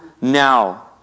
now